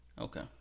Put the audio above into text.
Okay